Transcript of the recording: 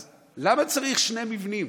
אז למה צריך שני מבנים?